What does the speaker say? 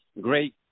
great